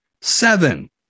seven